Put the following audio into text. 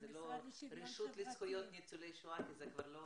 הרשות לזכויות ניצולי שואה, כי זה כבר,